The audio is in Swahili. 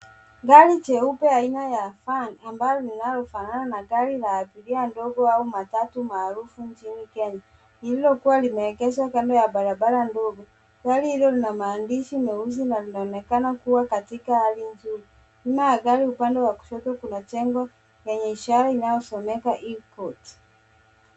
Gari jeupe aina ya van ,ambalo linalofanana na gari la abiria ndogo au matatu maarufu nchini Kenya. Lililokuwa limeegezwa upande wa barabara ndogo. Gari hilo lina maandishi meusi na linaonekana kuwa katika hali nzuri. Nyuma ya gari upande wa kushoto kuna jengo yenye ishara inasomeka Hill Court.